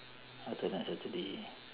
alternate saturday